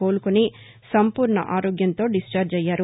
కోలుకుని సంపూర్ణ ఆరోగ్యంతో డిళ్చార్ణి అయ్యారు